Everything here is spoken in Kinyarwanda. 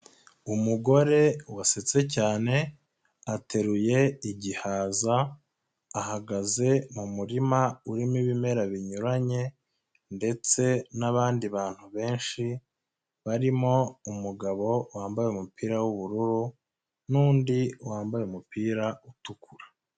Umugore wasetse cyane ateruye igihaza ahagaze mu murima urimo ibimera binyuranye ndetse n'abandi bantu benshi barimo umugabo wambaye umupira w'ubururu n'undi wambaye umupira utukura.